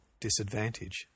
disadvantage